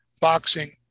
boxing